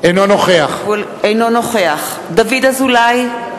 אינו נוכח דוד אזולאי,